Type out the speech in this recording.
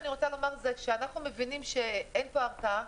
מבינים שאין פה הרתעה,